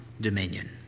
dominion